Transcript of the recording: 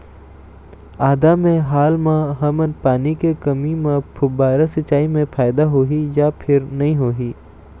आदा मे हाल मा हमन पानी के कमी म फुब्बारा सिचाई मे फायदा होही या फिर नई होही?